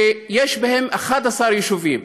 שיש בהן 11 יישובים.